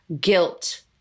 guilt